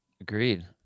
Agreed